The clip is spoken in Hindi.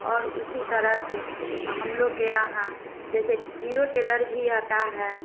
और उसी तरह से हम लोग के यहाँ जैसे जीरो टेलर भी आता है